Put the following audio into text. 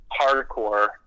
hardcore